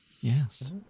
Yes